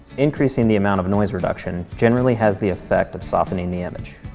increasing the amount of noise reduction generally has the effect of softening the image.